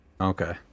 Okay